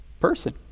person